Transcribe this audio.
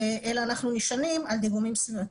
אלא אנחנו נשענים על דיגומים סביבתיים.